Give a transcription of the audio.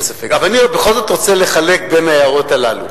אבל אני בכל זאת רוצה לחלק את ההערות הללו.